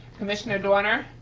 commissioner doerner.